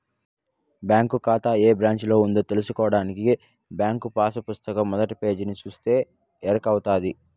bank కాతా ఏ బ్రాంచిలో ఉందో తెల్సుకోడానికి బ్యాంకు పాసు పుస్తకం మొదటి పేజీని సూస్తే ఎరకవుతది